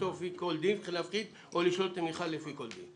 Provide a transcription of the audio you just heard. אמיר, אני מבקש שתבדקו את הנושא הזה לפני כן.